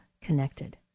connected